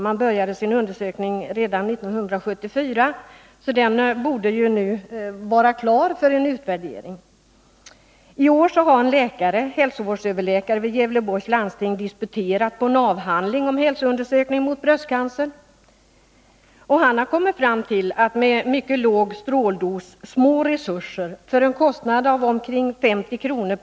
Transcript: Man började sin undersökning 1974, och det materialet borde alltså vara klart för en utvärdering. I år har en läkare, hälsovårdsöverläkare vid Gävleborgs landsting, disputerat på en avhandling om hälsoundersökning avseende bröstcancer. Han har kommit fram till att man med mycket låg stråldos och små resurser — för en kostnad av 50 kr.